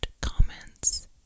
comments